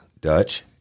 Dutch